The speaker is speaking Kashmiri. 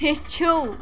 ہیٚچھِو